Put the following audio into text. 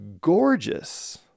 gorgeous